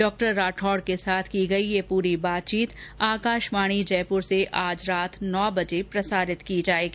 डॉ राठौड के साथ की गई ये पूरी बातचीत आकाशवाणी जयपुर से आज रात नौ बजे प्रसारित की जायेगी